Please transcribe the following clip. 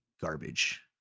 garbage